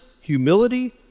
humility